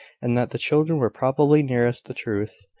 and that the children were probably nearest the truth.